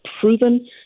proven